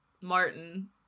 Martin